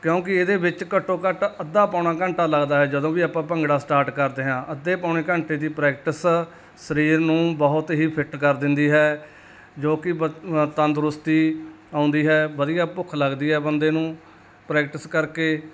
ਕਿਉਂਕਿ ਇਹਦੇ ਵਿੱਚ ਘੱਟੋ ਘੱਟ ਅੱਧਾ ਪੌਣਾ ਘੰਟਾ ਲੱਗਦਾ ਹੈ ਜਦੋਂ ਵੀ ਆਪਾਂ ਭੰਗੜਾ ਸਟਾਰਟ ਕਰਦੇ ਹਾਂ ਅੱਧੇ ਪੌਣੇ ਘੰਟੇ ਦੀ ਪ੍ਰੈਕਟਿਸ ਸਰੀਰ ਨੂੰ ਬਹੁਤ ਹੀ ਫਿੱਟ ਕਰ ਦਿੰਦੀ ਹੈ ਜੋ ਕਿ ਬੰ ਤੰਦਰੁਸਤੀ ਆਉਂਦੀ ਹੈ ਵਧੀਆ ਭੁੱਖ ਲੱਗਦੀ ਹੈ ਬੰਦੇ ਨੂੰ ਪ੍ਰੈਕਟਿਸ ਕਰਕੇ